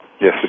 yes